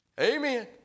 Amen